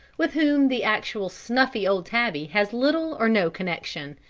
with whom the actual snuffy old tabby has little or no connection.